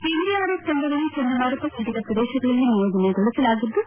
NDRF ತಂಡಗಳು ಚಂಡಮಾರುತ ಪೀಡಿತ ಪ್ರದೇಶಗಳಲ್ಲಿ ನಿಯೋಜನೆಗೊಳಿಸಲಾಗಿದ್ದು